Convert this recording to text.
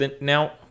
now